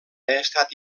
estat